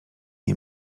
nie